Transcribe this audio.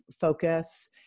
focus